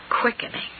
quickening